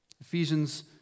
Ephesians